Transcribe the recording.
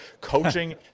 Coaching